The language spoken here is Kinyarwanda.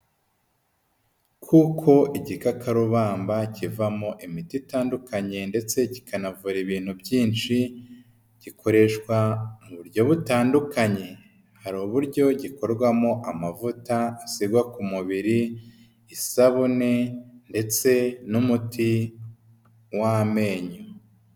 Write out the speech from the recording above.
Kuko igikakarubamba kivamo imiti itandukanye ndetse kikanavura ibintu byinshi gikoreshwa mu buryo butandukanye hari uburyo gikorwamo amavuta asigwa ku mubiri isabune ndetse n'umuti w'amenyo.